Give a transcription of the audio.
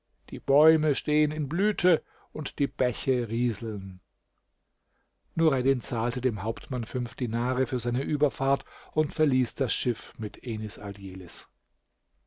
die bäume stehen in blüte und die bäche rieseln nureddin zahlte dem hauptmann fünf dinare für seine überfahrt und verließ das schiff mit enis